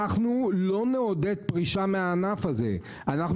אנחנו לא נעודד פרישה מהענף הזה; אנחנו